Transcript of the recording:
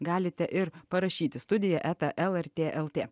galite ir parašyti studija eta lrt lt